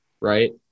Right